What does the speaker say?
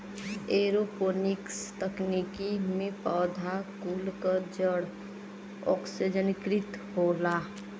aeroponics तकनीकी में पौधा कुल क जड़ ओक्सिजनकृत होला